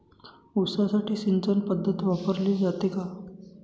ऊसासाठी सिंचन पद्धत वापरली जाते का?